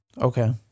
Okay